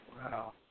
Wow